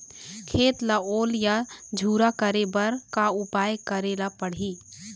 खेत ला ओल या झुरा करे बर का उपाय करेला पड़ही?